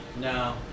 no